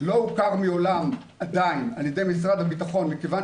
לא הוכר מעולם עדיין על ידי משרד הביטחון מכיוון